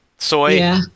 Soy